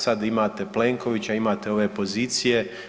Sad imate Plenkovića, imate ove pozicije.